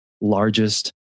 largest